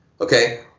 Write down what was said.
okay